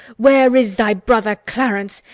where is thy brother clarence?